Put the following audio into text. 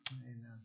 Amen